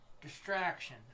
Distraction